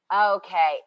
Okay